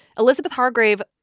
elizabeth hargrave,